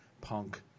punk